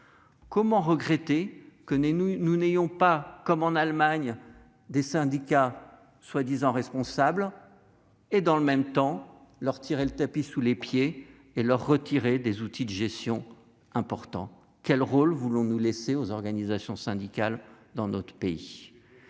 peut-on regretter de ne pas avoir, comme en Allemagne, des syndicats soi-disant responsables et, dans le même temps, leur tirer le tapis sous les pieds en les privant d'outils de gestion importants ? Quel rôle voulons-nous laisser aux organisations syndicales dans notre pays ?